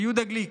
ויהודה גליק,